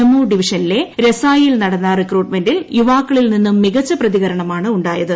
ജമ്മു ഡിവിഷനിലെ രെസായിയിൽ നടന്ന റിക്രൂട്ട്മെന്റിൽ യുവാക്കളിൽ നിന്നും മികച്ച പ്രതികരണമാണ് ഉണ്ടായത്